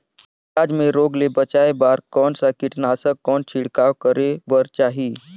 पियाज मे रोग ले बचाय बार कौन सा कीटनाशक कौन छिड़काव करे बर चाही?